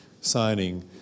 signing